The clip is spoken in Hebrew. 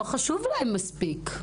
לא חשוב להם מספיק.